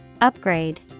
Upgrade